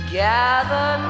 gather